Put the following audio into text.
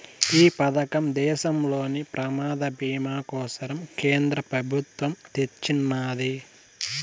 ఈ పదకం దేశంలోని ప్రమాద బీమా కోసరం కేంద్ర పెబుత్వమ్ తెచ్చిన్నాది